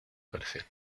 precio